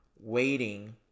waiting